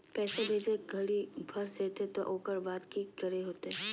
पैसा भेजे घरी फस जयते तो ओकर बाद की करे होते?